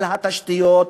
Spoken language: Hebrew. על התשתיות,